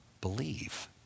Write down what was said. believe